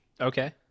Okay